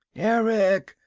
erick,